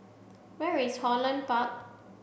where is Holland Park